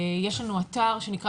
יש לנו אתר, שנקרא